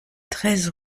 treize